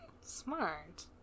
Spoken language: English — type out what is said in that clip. smart